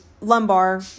lumbar